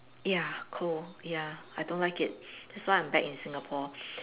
ya cold ya I don't like it that's why I am back in Singapore